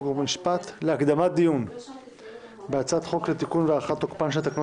חוק ומשפט להקדמת דיון בהצעת לתיקון והארכת תוקפן של תקנות